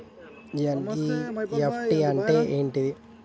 NEFT అంటే ఏంటిది?